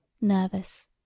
nervous